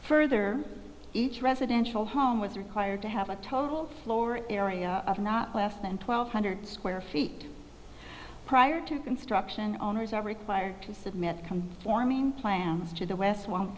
further each residential home was required to have a total floor area of not less than twelve hundred square feet prior to construction owners are required to submit come forming plans to the west one